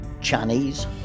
Chinese